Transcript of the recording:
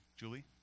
Julie